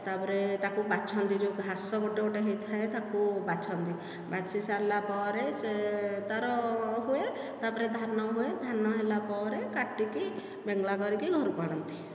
ତା'ପରେ ତାକୁ ବାଛନ୍ତି ଯେଉଁ ଘାସ ଗୋଟିଏ ଗୋଟିଏ ହୋଇଥାଏ ତାକୁ ବାଛନ୍ତି ବାଛି ସାରିଲା ପରେ ସେ ତା'ର ହୁଏ ତା'ପରେ ଧାନ ହୁଏ ଧାନ ହେଲା ପରେ କାଟିକି ବେଙ୍ଗଳା କରିକି ଘରକୁ ଆଣନ୍ତି